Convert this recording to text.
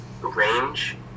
range